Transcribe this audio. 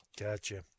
Gotcha